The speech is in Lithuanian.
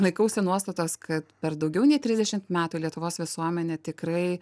laikausi nuostatos kad per daugiau nei trisdešimt metų lietuvos visuomenė tikrai